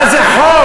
מה זה חוק?